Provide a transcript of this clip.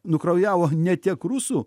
nukraujavo ne tiek rusų